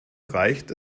reicht